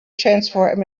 transform